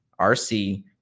RC